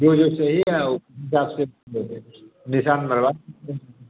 जो जो चाहिए आ वह हिसाब से निशान लगवा देते हैं